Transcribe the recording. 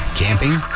camping